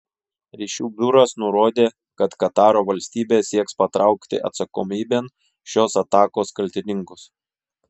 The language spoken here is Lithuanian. ryšių biuras nurodė kad kataro valstybė sieks patraukti atsakomybėn šios atakos kaltininkus